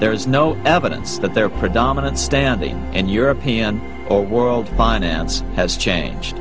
there is no evidence that their predominant standing and european or world finance has changed